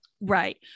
Right